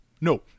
No